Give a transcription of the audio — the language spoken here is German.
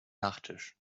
nachtisch